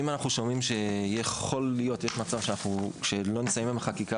אם אנחנו שומעים שיש מצב שלא נסיים את החקיקה